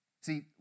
See